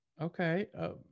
Okay